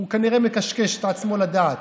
הוא כנראה מקשקש את עצמו לדעת.